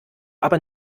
aber